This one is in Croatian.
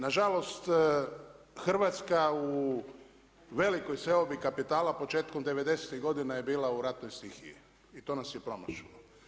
Na žalost Hrvatska u velikoj seobi kapitala početkom 90-tih godina je bila u ratnoj stihiji i to nas je promašilo.